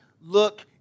look